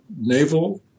naval